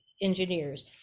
engineers